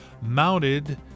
mounted